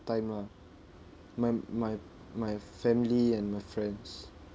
time lah my my my family and my friends